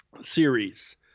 series